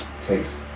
taste